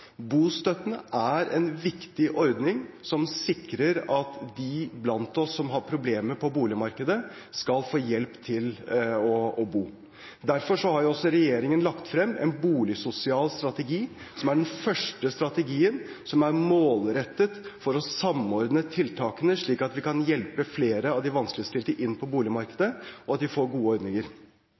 er en viktig ordning som sikrer at de iblant oss som har problemer på boligmarkedet, skal få hjelp til å bo. Derfor har regjeringen lagt frem en boligsosial strategi som er den første strategien som er målrettet for å samordne tiltakene, slik at vi kan hjelpe flere av de vanskeligstilte inn på boligmarkedet, og at de får gode ordninger.